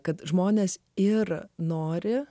kad žmonės ir nori